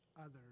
others